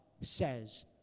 says